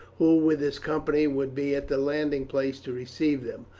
who with his company would be at the landing place to receive them.